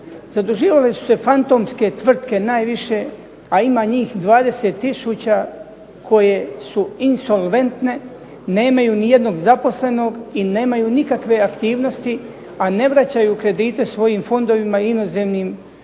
Zaduživale su se fantomske tvrtke najviše a ima njih 20000 koje su insolventne, nemaju ni jednog zaposlenog i nemaju nikakve aktivnosti, a ne vraćaju kredite svojim fondovima, inozemnim izvorima